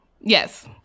Yes